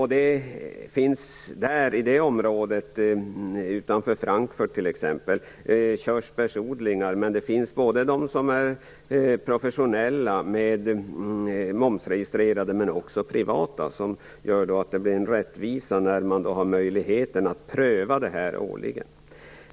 Utanför Frankfurt finns t.ex. körsbärsodlingar, och bland dem som säljer bären finns både professionella, momsregistrerade, och privata, och möjligheten att årligen göra sådana här prövningar gör att det blir rättvist.